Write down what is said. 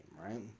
right